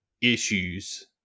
issues